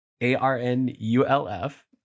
A-R-N-U-L-F